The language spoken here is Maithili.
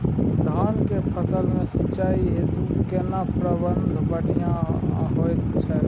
धान के फसल में सिंचाई हेतु केना प्रबंध बढ़िया होयत छै?